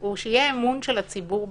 הוא שיהיה אמון של הציבור בממשלה.